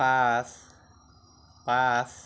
পাঁচ পাঁচ